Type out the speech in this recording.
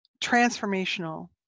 transformational